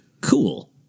cool